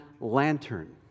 lantern